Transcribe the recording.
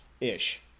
ish